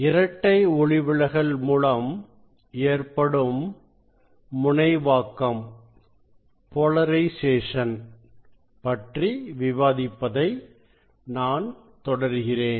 இரட்டை ஒளிவிலகல் மூலம் ஏற்படும் முனைவாக்கம் பற்றி விவாதிப்பதை நான் தொடர்கிறேன்